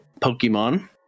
Pokemon